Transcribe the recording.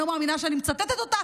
אני לא מאמינה שאני מצטטת אותה,